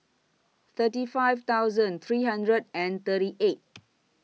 thirty five thousand three hundred and thirty eight